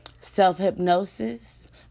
self-hypnosis